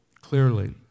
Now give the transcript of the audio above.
clearly